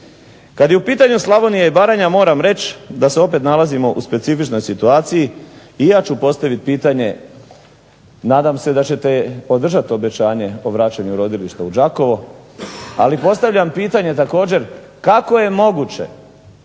Kad je u pitanju Slavonija i Baranja moram reći da se opet nalazimo u specifičnoj situaciji i ja ću postaviti pitanje, nadam se da ćete održati obećanje o vraćanju rodilišta u Đakovo, ali postavljam pitanje također kako je moguće